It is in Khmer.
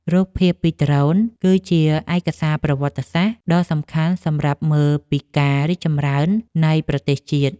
រូបភាពពីដ្រូនគឺជាឯកសារប្រវត្តិសាស្ត្រដ៏សំខាន់សម្រាប់មើលពីការរីកចម្រើននៃប្រទេសជាតិ។